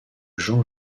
jean